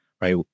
right